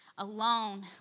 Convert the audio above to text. alone